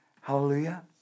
Hallelujah